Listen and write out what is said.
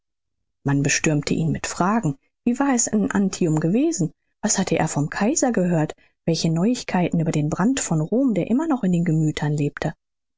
man bestürmte ihn mit fragen wie war es in antium gewesen was hatte er vom kaiser gehört welche neuigkeiten über den brand von rom der immer noch in den gemüthern lebte